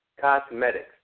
cosmetics